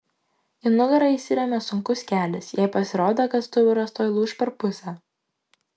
į nugarą įsirėmė sunkus kelis jai pasirodė kad stuburas tuoj lūš per pusę